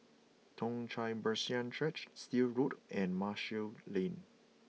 Toong Chai Presbyterian Church Still Road and Marshall Lane